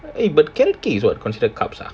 eh but carrot cake is what considered carbohydrates ah